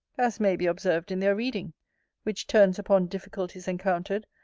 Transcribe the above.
as may be observed in their reading which turns upon difficulties encountered,